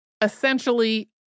essentially